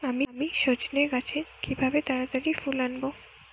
আমি সজনে গাছে কিভাবে তাড়াতাড়ি ফুল আনব?